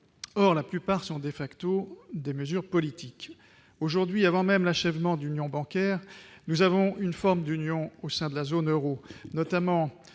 or la plupart sont des facto des mesures politiques aujourd'hui, avant même l'achèvement d'union bancaire nous avons une forme d'union au sein de la zone Euro notamment,